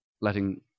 letting